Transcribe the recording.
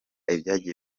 ibyagiye